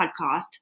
podcast